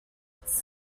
its